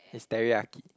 it's teriyaki